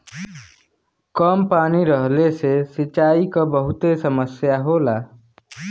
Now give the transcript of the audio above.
कम पानी रहले से सिंचाई क बहुते समस्या होला